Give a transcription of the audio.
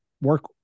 work